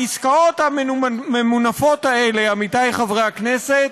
העסקאות הממונפות האלה, עמיתי חברי הכנסת,